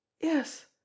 Yes